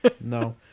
No